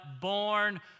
born